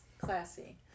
Classy